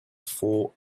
four